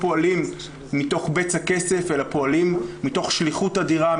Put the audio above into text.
פועלים מתוך בצע כסף אלא מתוך שליחות אדירה,